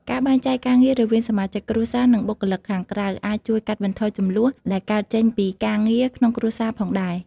ការបែងចែកការងាររវាងសមាជិកគ្រួសារ និងបុគ្គលិកខាងក្រៅអាចជួយកាត់បន្ថយជម្លោះដែលកើតចេញពីការងារក្នុងគ្រួសារផងដែរ។